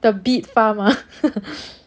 the beat farm ah